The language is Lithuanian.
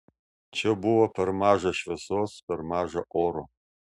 čia buvo per maža šviesos per maža oro